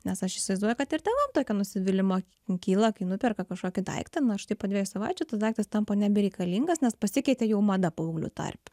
nes aš įsivaizduoju kad ir tėvam tokio nusivylimo kyla kai nuperka kažkokį daiktą na štai ir po dviejų savaičių tas daiktas tampa nebereikalingas nes pasikeitė jau mada paauglių tarpe